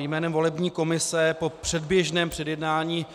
Jménem volební komise po předběžném předjednání